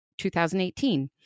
2018